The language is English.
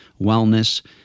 wellness